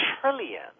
trillion